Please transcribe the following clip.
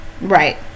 Right